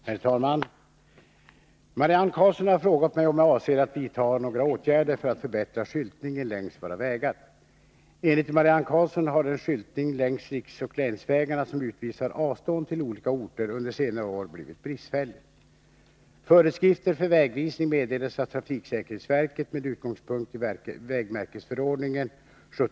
Herr talman! Marianne Karlsson har frågat mig om jag avser att vidta några åtgärder för att förbättra skyltningen längs våra vägar. Enligt Marianne Karlsson har den skyltning längs riksoch länsvägarna som utvisar avstånd till olika orter under senare år blivit bristfällig. Föreskrifter för vägvisning meddelas av trafiksäkerhetsverket med utgångspunkt i vägmärkesförordningen .